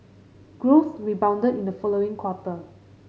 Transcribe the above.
growth rebounded in the following quarter